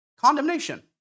condemnation